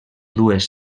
dues